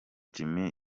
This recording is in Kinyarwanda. jimmy